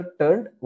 turned